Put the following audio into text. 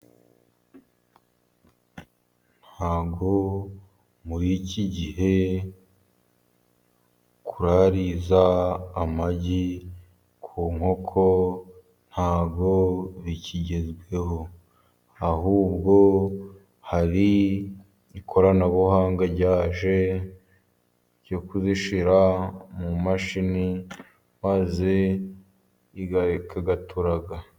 Ntabwo muri iki gihe kuraririza amagi ku nkoko ntabwo bikigezweho, ahubwo hari ikoranabuhanga ryaje ryo kuzishyira mu mashini, maze zigaturaga.